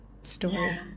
story